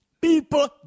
People